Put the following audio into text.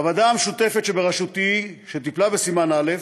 הוועדה המשותפת שבראשותי, שטיפלה בסימן א',